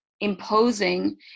imposing